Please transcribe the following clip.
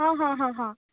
ହଁ ହଁ ହଁ ହଁ